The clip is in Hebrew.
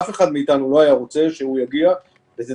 אף אחד מאתנו לא היה רוצה שהוא יגיע ותטפל